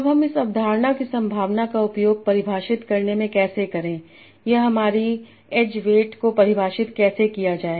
अब हम इस अवधारणा की संभावना का उपयोग परिभाषित करने में कैसे करें या हमारी एज वेट को परिभाषित कैसे किया जाए